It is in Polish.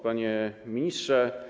Panie Ministrze!